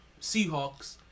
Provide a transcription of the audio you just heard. Seahawks